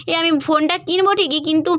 এ আমি ফোনটা কিনবো ঠিকই কিন্তু